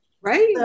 Right